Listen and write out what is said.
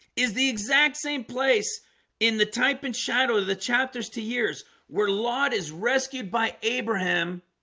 is the exact same place in the type and shadow of the chapters to years where lord is rescued by abraham?